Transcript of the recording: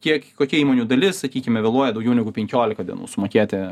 kiek kokia įmonių dalis sakykime vėluoja daugiau negu penkiolika dienų sumokėti